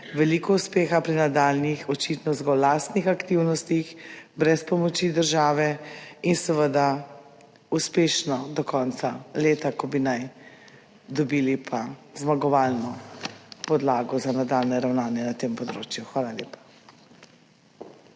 veliko uspeha pri nadaljnjih aktivnostih, očitno zgolj lastnih, brez pomoči države, in seveda uspešno do konca leta, ko bi pa naj dobili zmagovalno podlago za nadaljnje ravnanje na tem področju. Hvala lepa.